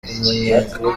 umunyenga